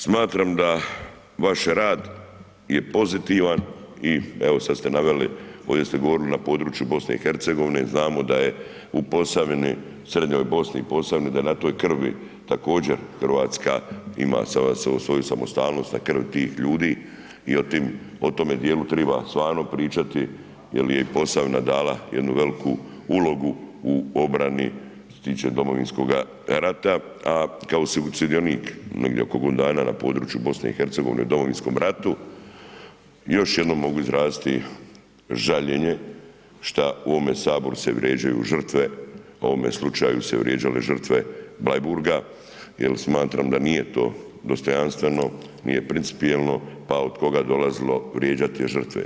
Smatram da vaš rad je je pozitivan i evo sad ste naveli, ovdje ste govorili na području BiH-a znamo da je Posavini, srednjoj Bosni, Posavini da je na toj krvi također Hrvatska ima sada svoju samostalnost, na krvi tih ljudi i o tome djelu treba stvarno pričati jer je i Posavina dala jednu veliku ulogu u obrani što se tiče Domovinskoga rata a kao sudionik negdje oko godinu dana na području BiH-a u Domovinskom ratu, još jednom mogu izraziti žaljenje šta u ovom Saboru se vrijeđaju žrtve, u ovom slučaju su se vrijeđale žrtve Bleiburga jer smatram da nije to dostojanstveno, nije principijelno pa od koga dolazilo vrijeđati te žrtve.